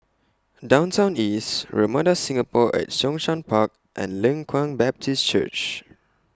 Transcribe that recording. Downtown East Ramada Singapore At Zhongshan Park and Leng Kwang Baptist Church